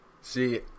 See